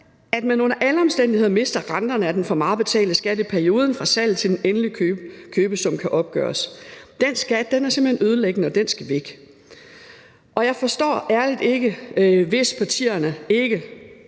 at man under alle omstændigheder mister renterne af den for meget betalte skat i perioden fra salget, til den endelige købesum kan opgøres. Den skat er simpelt hen ødelæggende, og den skal væk. Jeg forstår helt ærligt ikke, hvis partierne ikke